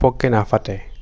ঘপককে নাফাটে